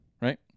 Right